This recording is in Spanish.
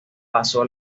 pasó